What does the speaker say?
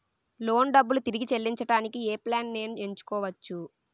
Loan డబ్బులు తిరిగి చెల్లించటానికి ఏ ప్లాన్ నేను ఎంచుకోవచ్చు?